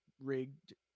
rigged